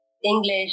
english